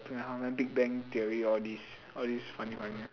two and a half men big bang theory all these all these funny funny